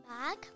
bag